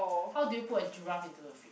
how do you put a giraffe into a fridge